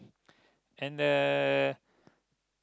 and uh